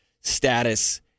status